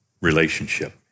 relationship